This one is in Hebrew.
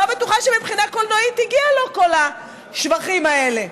לא בטוחה שמבחינה קולנועית הגיעו לו כל השבחים האלה,